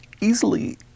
Easily